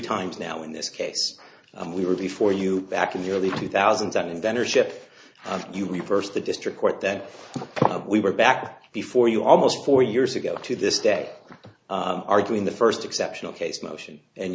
times now in this case we were before you back in the early two thousand time inventor ship you reversed the district court that we were back before you almost four years ago to this day arguing the first exceptional case motion and